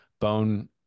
bone